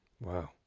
Wow